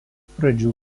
pradžių